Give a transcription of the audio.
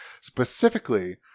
specifically